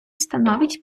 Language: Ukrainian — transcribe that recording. становить